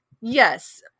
yes